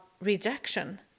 rejection